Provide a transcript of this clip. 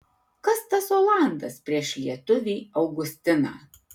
kas tas olandas prieš lietuvį augustiną